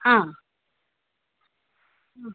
ആ ആ